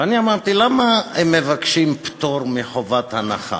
ואני אמרתי: למה הם מבקשים פטור מחובת הנחה?